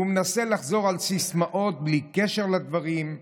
הוא מנסה לחזור על סיסמאות בלי קשר לדברים,